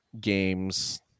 games